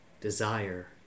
desire